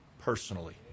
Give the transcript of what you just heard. personally